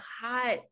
hot